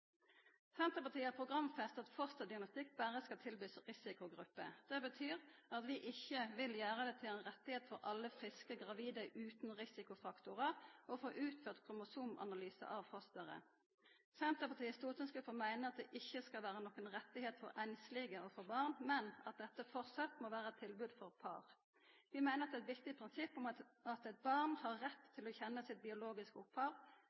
Senterpartiet har programfesta at ein berre skal tilby fosterdiagnostikk til risikogrupper. Det betyr at vi ikkje vil gjera det til ein rett for alle friske gravide utan risikofaktorar å få utført kromosomanalyse av fosteret. Senterpartiets stortingsgruppe meiner det ikkje skal vera ein rett for einslege å få barn, men at dette framleis må vera eit tilbod for par. Vi meiner det er eit viktig prinsipp at eit barn har rett til å kjenna sitt biologiske